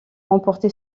remporté